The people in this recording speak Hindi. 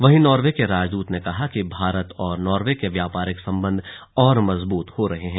वहीं नॉर्वे के राजदूत ने कहा कि भारत और नॉर्वे के व्यापारिक संबंध और मजबूत हो रहे हैं